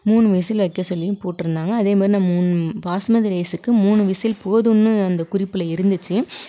மூணு விசில் வைக்கச் சொல்லிப் போட்டுருந்தாங்க அதேமாதிரி மூண் பாஸ்மதிக்கு ரைஸ்க்கு மூணு விசில் போதுன்னு அந்தக் குறிப்பில் இருந்திச்சு